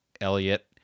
Elliot